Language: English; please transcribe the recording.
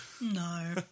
No